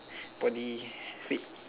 body fit